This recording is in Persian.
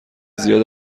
زیاد